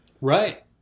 Right